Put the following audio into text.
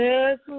Yes